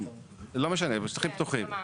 לא משנה, בשטחים פתוחים.